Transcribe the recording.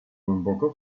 głęboko